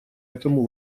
этому